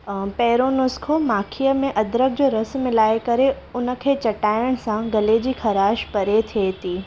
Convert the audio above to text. पहिरों नुस्ख़ो माखीअ में अद्रक जो रस मिलाए करे हुनखे चटाइण सां गले जी ख़राश परे थिए थी